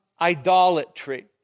idolatry